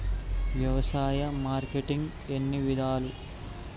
వ్యవసాయ మార్కెటింగ్ ఎన్ని విధాలు?